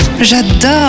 j'adore